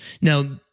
Now